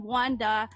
Wanda